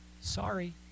Sorry